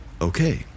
okay